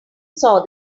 saw